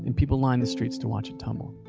and people lined the streets to watch it tumble. a